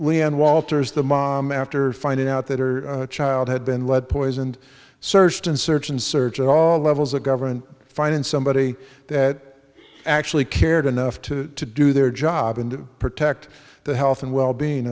leon walters the mom after finding out that or child had been led poisoned searched and searched and searched at all levels of government finding somebody that actually cared enough to do their job and protect the health and well being